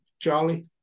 Charlie